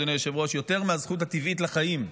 אדוני היושב-ראש: יותר מהזכות הטבעית לחיים,